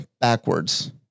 backwards